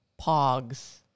pogs